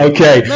Okay